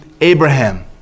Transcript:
Abraham